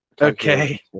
Okay